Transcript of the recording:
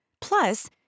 Plus